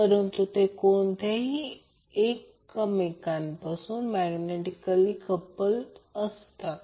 परंतु ते कोणत्याही एकामुळे मैग्नेटिकली कप्लड असतील